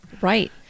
Right